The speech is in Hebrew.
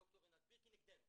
ד"ר עינת בירק היא נגדנו.